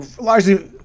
largely